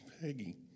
Peggy